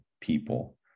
people